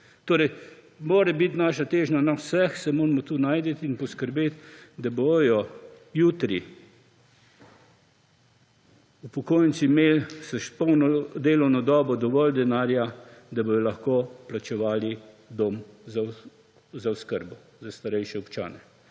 Torej mora biti naša težnja na vseh, se moramo tudi najti in poskrbeti, da bodo jutri upokojenci imeli s polno delovno dobo dovolj denarja, da bodo lahko plačevali dom za oskrbo za starejše občane.